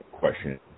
question